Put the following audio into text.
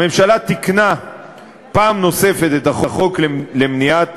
הממשלה תיקנה פעם נוספת את החוק למניעת